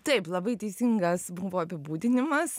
taip labai teisingas buvo apibūdinimas